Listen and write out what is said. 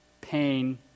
pain